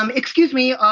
um degexcuse me, ah